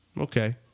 Okay